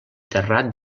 terrat